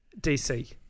DC